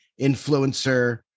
influencer